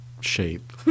shape